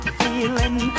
feeling